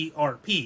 ERP